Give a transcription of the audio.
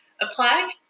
apply